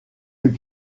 eut